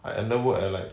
I ended work at like